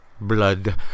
blood